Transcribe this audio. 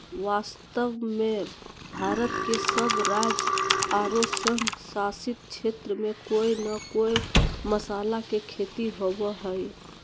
वास्तव में भारत के सब राज्य आरो संघ शासित क्षेत्र में कोय न कोय मसाला के खेती होवअ हई